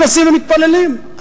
נכנסים ומתפללים.